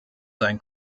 sein